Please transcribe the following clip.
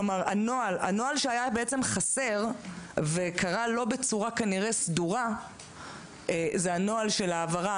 כלומר הנוהל שהיה חסר וקרה כנראה לא בצורה סדורה זה הנוהל של ההעברה